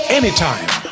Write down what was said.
anytime